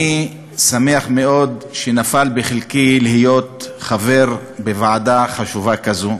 אני שמח מאוד שנפל בחלקי להיות חבר בוועדה חשובה כזו,